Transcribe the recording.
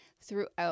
throughout